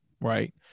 Right